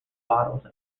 bottles